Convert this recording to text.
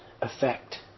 effect